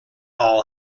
all